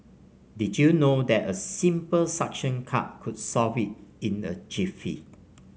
did you know that a simple suction cup could solve it in a jiffy